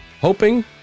hoping